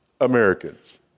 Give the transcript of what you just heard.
Americans